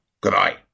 Goodbye